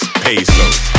pesos